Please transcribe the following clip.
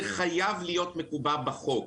זה חייב להיות מקובע בחוק.